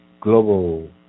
global